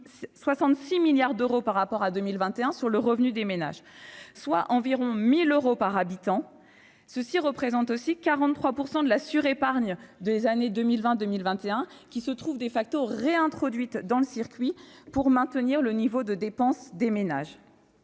66 milliards d'euros par rapport à 2021 sur le revenu des ménages, soit environ 1 000 euros par habitant. Ce montant représente aussi 43 % de la surépargne des années 2020-2021, qui se trouve réintroduite dans le circuit pour maintenir le niveau de dépenses des ménages.